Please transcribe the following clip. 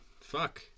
Fuck